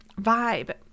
vibe